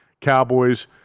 Cowboys